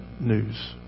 news